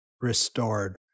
restored